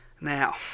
Now